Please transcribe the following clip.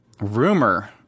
rumor